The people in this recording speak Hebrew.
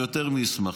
ויותר מאשמח,